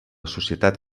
societat